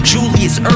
Julius